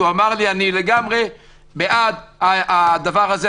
כי הוא אמר לי: אני לגמרי בעד הדבר הזה.